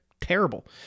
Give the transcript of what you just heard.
terrible